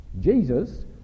Jesus